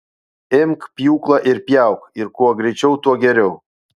imk pjūklą ir pjauk ir kuo greičiau tuo geriau